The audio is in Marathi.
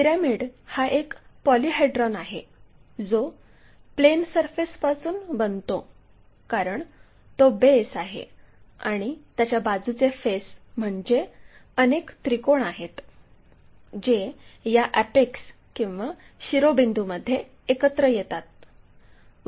पिरॅमिड हा एक पॉलिहेड्रॉन आहे जो प्लेन सरफेस पासून बनतो कारण तो बेस आहे आणि त्याच्या बाजूचे फेस म्हणजे अनेक त्रिकोण आहेत जे या अॅपेक्स किंवा शिरोबिंदूमध्ये एकत्र येतात